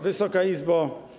Wysoka Izbo!